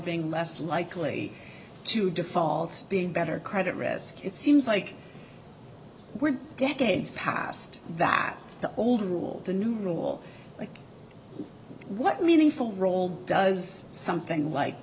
being less likely to default being better credit risk it seems like we're decades past that the old rule the new rule like what meaningful role does something like